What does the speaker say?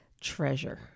treasure